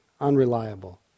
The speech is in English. unreliable